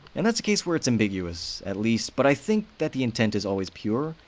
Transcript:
and that's a case where it's ambiguous, at least. but i think that the intent is always pure,